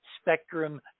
spectrum